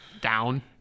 Down